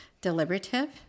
Deliberative